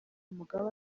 mugabe